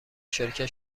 شرکت